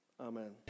Amen